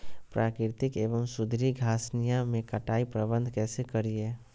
प्राकृतिक एवं सुधरी घासनियों में कटाई प्रबन्ध कैसे करीये?